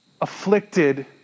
afflicted